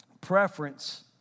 preference